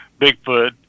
Bigfoot